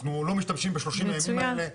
אנחנו לא משתמשים ב-30 הימים האלה,